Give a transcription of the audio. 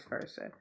versa